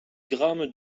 grammes